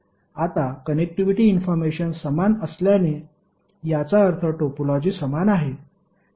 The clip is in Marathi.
आता कनेक्टिव्हिटी इन्फॉर्मेशन समान असल्याने याचा अर्थ टोपोलॉजी समान आहे